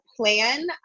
plan